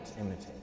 imitate